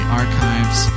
archives